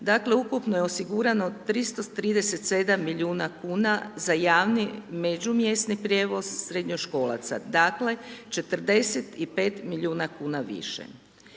dakle, ukupno je osigurano 337 milijuna kuna za javni međumjesni prijevoz srednjoškolaca, dakle, 45 milijuna kuna više.